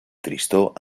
tristor